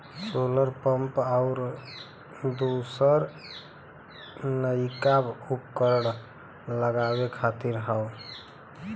solar pump आउर दूसर नइका उपकरण लगावे खातिर हौ